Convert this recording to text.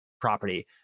property